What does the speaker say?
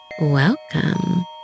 welcome